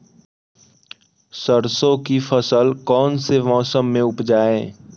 सरसों की फसल कौन से मौसम में उपजाए?